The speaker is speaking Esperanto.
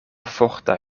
forta